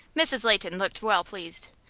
mrs. leighton looked well pleased.